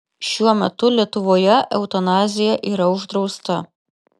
šiuo metu lietuvoje eutanazija yra uždrausta